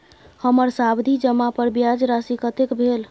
हमर सावधि जमा पर ब्याज राशि कतेक भेल?